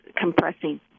compressing